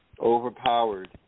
overpowered